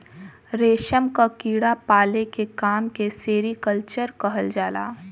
रेशम क कीड़ा पाले के काम के सेरीकल्चर कहल जाला